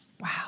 Wow